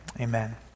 Amen